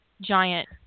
giant